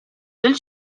del